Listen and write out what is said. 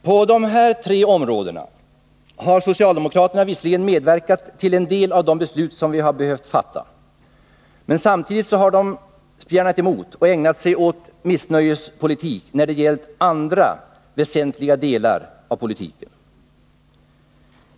På dessa tre områden har socialdemokraterna visserligen medverkat till en del av de beslut som vi har behövt fatta, men samtidigt har de spjärnat emot och ägnat sig åt missnöjespolitik när det gällt andra väsentliga delar av politiken.